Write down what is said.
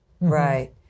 Right